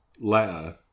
letter